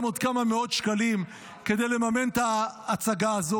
עוד כמה מאות שקלים כדי לממן את ההצגה הזאת?